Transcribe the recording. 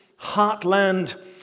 heartland